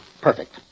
Perfect